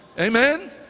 Amen